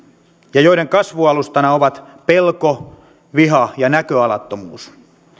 ja joiden kasvualustana ovat pelko viha ja näköalattomuus